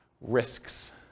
Risks